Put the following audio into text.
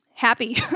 happy